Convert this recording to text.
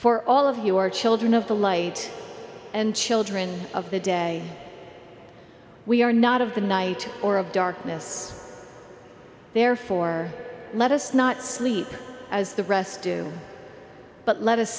for all of you are children of the light and children of the day we are not of the night or of darkness therefore let us not sleep as the rest do but let us